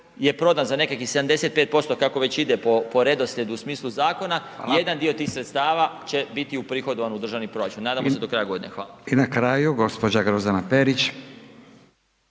je prodan za nekakvih 75% kako već ide po redoslijedu u smislu zakona, jedan dio tih sredstava će biti uprihodavan u državni proračun, nadam se do kraja godine, hvala. **Radin, Furio